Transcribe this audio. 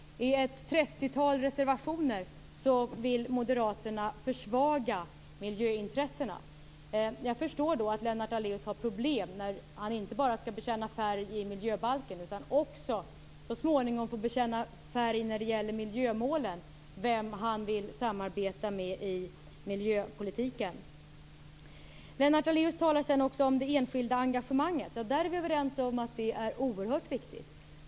I ett trettiotal reservationer vill Moderaterna försvaga miljöintressena. Jag förstår att Lennart Daléus har problem när han inte bara skall bekänna färg när det gäller miljöbalken utan också så småningom när det gäller miljömålen och tala om vem han vill samarbeta med i miljöpolitiken. Lennart Daléus talar sedan också om det enskilda engagemanget. Vi är överens om att det är oerhört viktigt.